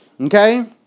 Okay